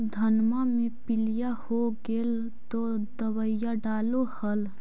धनमा मे पीलिया हो गेल तो दबैया डालो हल?